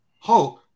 Hulk